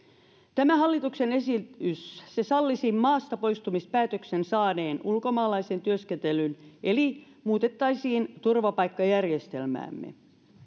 tämä hallituksen esitys sallisi maastapoistumispäätöksen saaneen ulkomaalaisen työskentelyn eli muutettaisiin turvapaikkajärjestelmäämme